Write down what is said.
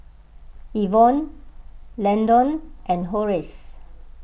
Ivonne Landon and Horace